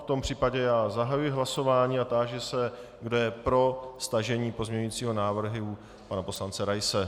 V tom případě já zahajuji hlasování a táži se, kdo je pro stažení pozměňujícího návrhu pana poslance Raise.